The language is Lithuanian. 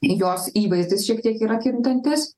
jos įvaizdis šiek tiek yra kintantis